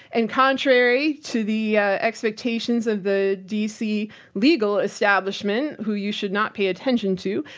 and contrary to the expectations of the dc legal establishment, who you should not pay attention to,